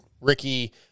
Ricky